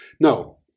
No